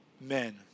men